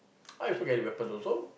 I also get a weapon also